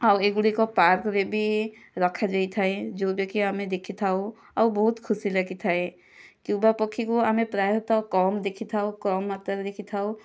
ଆଉ ଏଗୁଡ଼ିକ ପାର୍କରେ ବି ରଖାଯାଇଥାଏ ଯେଉଁଟା କି ଆମେ ଦେଖିଥାଉ ଆଉ ବହୁତ ଖୁସି ଲାଗିଥାଏ କ୍ୟୁବା ପକ୍ଷୀକୁ ଆମେ ପ୍ରାୟତଃ କମ ଦେଖିଥାଉ କମ ମାତ୍ରାରେ ଦେଖିଥାଉ